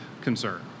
concern